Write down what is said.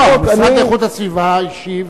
לא, המשרד לאיכות הסביבה השיב,